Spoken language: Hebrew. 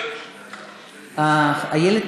מיקי, שנייה.